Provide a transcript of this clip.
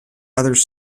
others